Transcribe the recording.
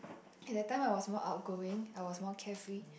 okay that time I was more outgoing I was more carefree